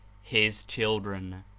his children.